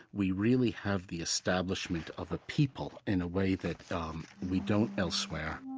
we really have the establishment of a people in a way that um we don't elsewhere